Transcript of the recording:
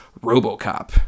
Robocop